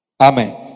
Amen